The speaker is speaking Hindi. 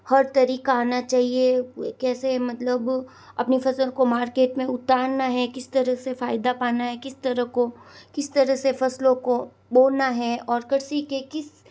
हर तरीक़ा आना चाहिए कैसे मतलब अपनी फ़सल को मार्केट में उतारना है किस तरह से फ़ायदा पाना है किस तरह को किस तरह से फ़सलों को बोना है और कृषि के किस